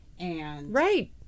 Right